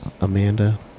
Amanda